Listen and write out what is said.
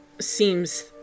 seems